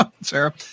Sarah